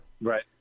right